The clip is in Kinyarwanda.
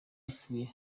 bapfuye